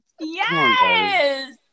Yes